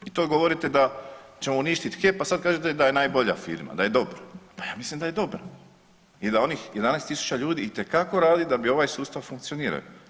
I to govorite da ćemo uništit HEP, a sad kažete da je najbolja firma, da je dobar, pa ja mislim da je dobar i da onih 11.000 ljudi itekako radi da bi ovaj sustav funkcionirao.